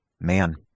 Man